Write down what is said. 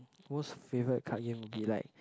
most favourite card game will be like